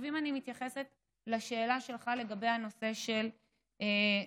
אם אני מתייחסת לשאלה שלך לגבי הנושא של נשירה,